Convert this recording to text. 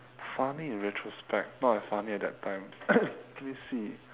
funny in retrospect not that funny at that time let me see